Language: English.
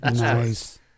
Nice